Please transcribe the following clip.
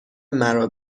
مرا